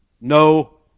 no